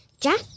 Jack